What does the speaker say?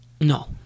no